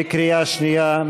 בקריאה שנייה.